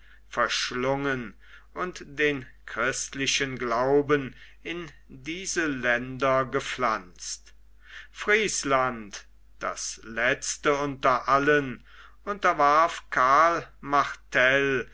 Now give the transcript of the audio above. verschlungen und den christlichen glauben in diese länder gepflanzt friesland das letzte unter allen unterwarf karl martel